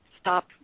stop